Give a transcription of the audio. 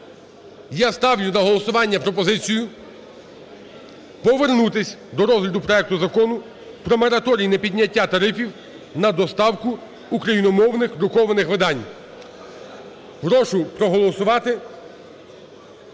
Я ставлю на голосування пропозицію повернутись до розгляду проекту Закону про мораторій на підняття тарифів на доставку україномовних друкованих видань. Прошу проголосувати,